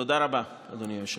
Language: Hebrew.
תודה רבה, אדוני היושב-ראש.